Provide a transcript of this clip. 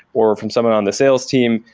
or from someone on the sales team.